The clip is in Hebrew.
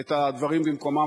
את הדברים במקומם.